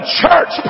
church